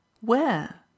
where